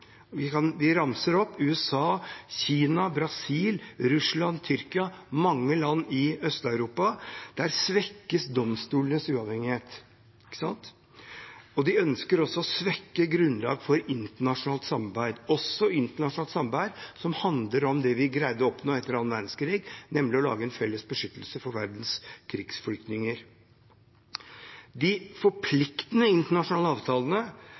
ramser opp USA, Kina, Brasil, Russland, Tyrkia og mange land i Øst-Europa – svekkes domstolenes uavhengighet. De ønsker også å svekke grunnlaget for internasjonalt samarbeid – også internasjonalt samarbeid som handler om det vi greide å oppnå etter annen verdenskrig, nemlig å lage en felles beskyttelse for verdens krigsflyktninger. De forpliktende internasjonale avtalene